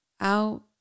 Out